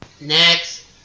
Next